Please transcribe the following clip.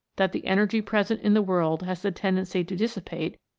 that the energy present in the world has the tendency to dissipate,